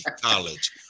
college